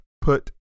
put